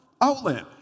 outlet